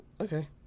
Okay